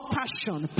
passion